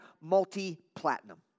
multi-platinum